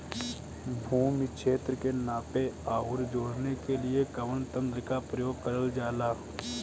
भूमि क्षेत्र के नापे आउर जोड़ने के लिए कवन तंत्र का प्रयोग करल जा ला?